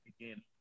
again